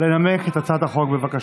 לנמק את הצעת החוק, בבקשה.